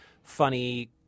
funny